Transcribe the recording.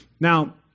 Now